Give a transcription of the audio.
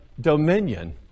dominion